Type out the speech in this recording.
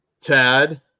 tad